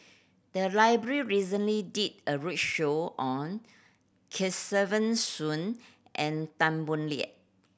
the library recently did a roadshow on Kesavan Soon and Tan Boo Liat